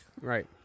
Right